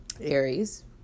Aries